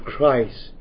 Christ